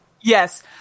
Yes